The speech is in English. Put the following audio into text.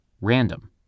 random